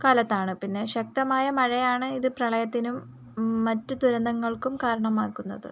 കാലത്താണ് പിന്നെ ശക്തമായ മഴയാണ് ഇത് പ്രളയത്തിനും മറ്റു ദുരന്തങ്ങൾക്കും കാരണമാകുന്നത്